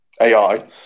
AI